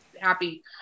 happy